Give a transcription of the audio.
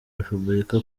repubulika